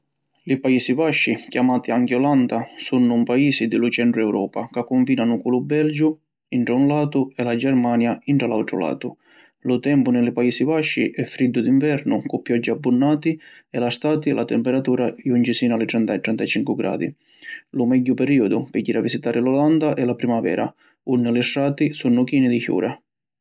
Li Paisi Vasci, chiamati anchi Olanda, sunnu un paisi di lu centru Europa ca cunfinanu cu lu Belgiu intra un latu e la Germania intra l’autru latu. Lu tempu ni li Paisi Vasci è friddu di nvernu cu pioggi abbunnati e la stati la temperatura junci sinu a li trenta - trentacincu gradi. Lu megghiu periodu pi jiri a visitari l’Olanda è la primavera, unni li strati sunnu chini di ciura.